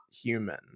human